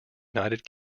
united